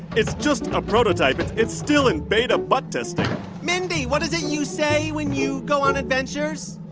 it's just a prototype. and it's still in beta butt testing mindy, what is it you say when you go on adventures?